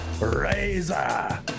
razor